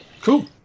Cool